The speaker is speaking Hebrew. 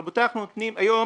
רבותיי, אנחנו היום